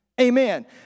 Amen